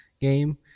game